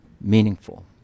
meaningful